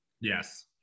Yes